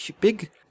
big